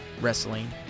wrestling